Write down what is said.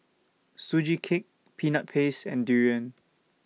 Sugee Cake Peanut Paste and Durian